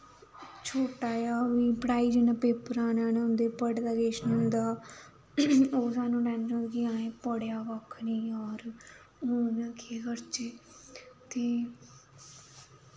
छोटा जेहा बी जियां पेपर आने न पढ़े दा किश निं होंदा ओह् सानूं टैंशन होई जंदी कि असें पढ़ेआ कक्ख नी यार हून इ'यां केह् करचै ते